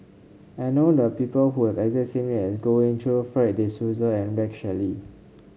I know the people who have the exact name as Goh Ee Choo Fred De Souza and Rex Shelley